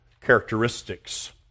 characteristics